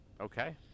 Okay